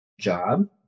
job